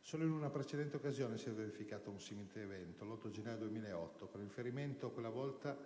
solo in una precedente occasione si è verificato un simile evento - l'8 gennaio del 2008 - con il ferimento, quella volta,